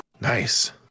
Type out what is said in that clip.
nice